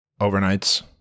Overnights